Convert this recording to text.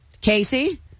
Casey